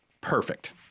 perfect